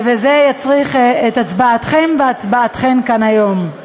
וזה יצריך את הצבעתכם והצבעתן כאן היום.